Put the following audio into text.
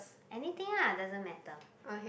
anything ah doesn't matter